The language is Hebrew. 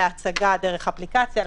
להצגה דרך אפליקציה,